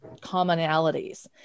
commonalities